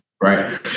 Right